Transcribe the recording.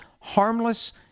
harmless